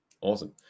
Awesome